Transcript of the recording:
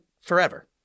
forever